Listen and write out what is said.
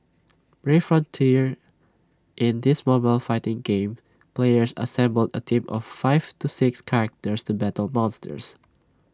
brave frontier in this mobile fighting game players assemble A team of five to six characters to battle monsters